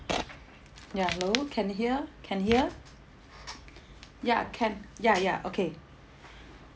ya hello can hear can hear ya can ya ya okay